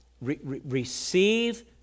receive